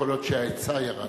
יכול להיות שההיצע ירד.